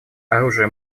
оружия